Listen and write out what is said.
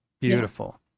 beautiful